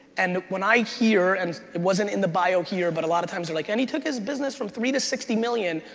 and when i hear, and it wasn't in the bio here, but a lot of times they're like, and he took his business from three to sixty dollars million,